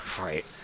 right